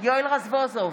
יואל רזבוזוב,